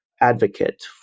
advocate